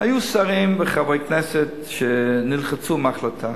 היו שרים וחברי כנסת שנלחצו מההחלטה,